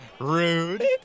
Rude